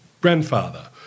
grandfather